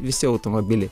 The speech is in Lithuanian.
visi automobiliai